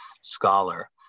Scholar